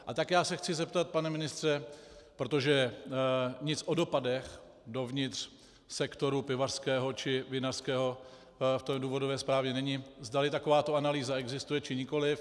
A tak já se chci zeptat, pana ministře, protože nic o dopadech dovnitř sektoru pivařského či vinařského v té důvodové zprávě není, zdali takováto analýza existuje, či nikoliv.